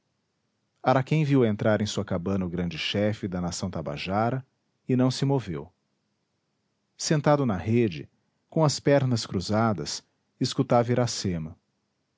guerreiro araquém viu entrar em sua cabana o grande chefe da nação tabajara e não se moveu sentado na rede com as pernas cruzadas escutava